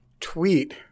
tweet